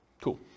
Cool